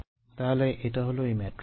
তাহলে এটা হলো এই ম্যাট্রিক্সটি